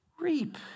Reap